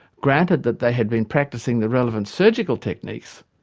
granted that they had been practising the relevant surgical techniques,